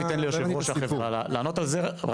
לא מבין את הסיפור?